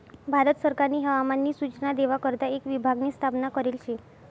भारत सरकारनी हवामान नी सूचना देवा करता एक विभाग नी स्थापना करेल शे